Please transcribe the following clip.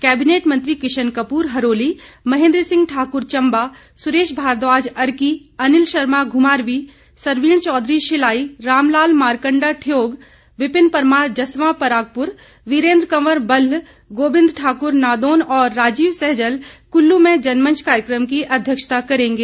cabinet मंत्री किशन कपूर हरोली महेंन्द्र सिंह ठाकुर चंबा सुरेश भारद्वाज अर्की अनिल शर्मा घुमारवी सरवीण चौधरी शिलाई रामलाल मारकंडा ठियोग विपिन परमार जसवा परागपुर वीरेन्द्र कंवर बल्ह गोंबिंद ठाक्र नादौन और राजीव सहजल कुल्लू में जनमंच कार्यक्रम की अध्यक्षता करेंगे